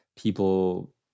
people